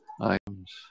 items